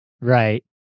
Right